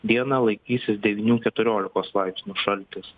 dieną laikysis devynių keturiolikos laipsnių šaltis